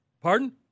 pardon